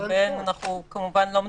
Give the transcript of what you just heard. ולגביהן אנחנו כמובן לא מדברים,